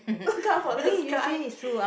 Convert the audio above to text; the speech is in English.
look up for the sky